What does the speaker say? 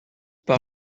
par